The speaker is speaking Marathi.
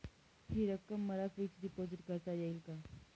हि रक्कम मला फिक्स डिपॉझिट करता येईल का?